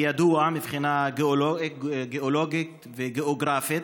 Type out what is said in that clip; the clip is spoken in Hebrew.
ידוע מבחינה גיאולוגית וגיאוגרפית